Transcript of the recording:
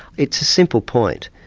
it's a simple point.